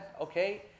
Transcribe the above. okay